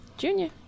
Junior